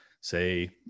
say